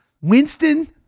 Winston